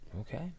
Okay